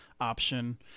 option